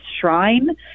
shrine